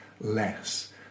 less